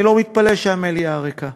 אני לא מתפלא שהמליאה ריקה.